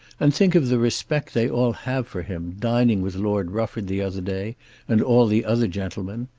and think of the respect they all have for him, dining with lord rufford the other day and all the other gentlemen.